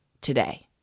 today